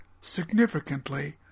significantly